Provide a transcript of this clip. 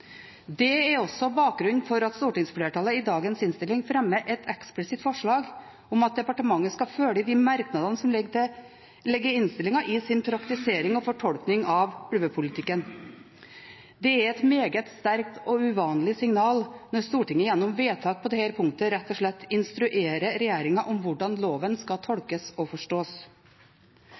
Det er også bakgrunnen for at stortingsflertallet i dagens innstilling fremmer et eksplisitt forslag om at departementet skal følge de merknadene som ligger i innstillingen, i sin praktisering og fortolkning av ulvepolitikken. Det er et meget sterkt og uvanlig signal når Stortinget gjennom vedtak på dette punktet rett og slett instruerer regjeringen om hvordan loven skal tolkes og forstås.